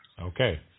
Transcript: Okay